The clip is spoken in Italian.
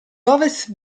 ovest